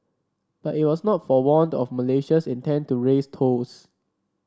but it was not forewarned of Malaysia's intent to raise tolls